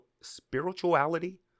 spirituality